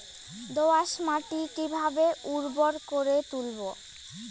দোয়াস মাটি কিভাবে উর্বর করে তুলবো?